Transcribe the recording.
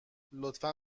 لطفا